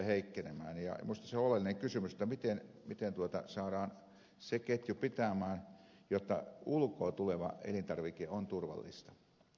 minusta se on oleellinen kysymys että miten saadaan se ketju pitämään jotta ulkoa tuleva elintarvike on turvallista